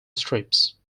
strips